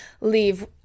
leave